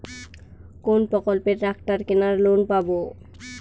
কোন প্রকল্পে ট্রাকটার কেনার লোন পাব?